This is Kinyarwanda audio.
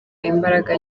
imbaraga